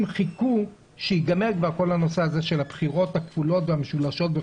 חיכו שייגמרו כבר הבחירות הכפולות והמשולשות.